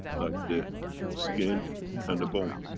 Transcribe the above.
like the skin and the bone.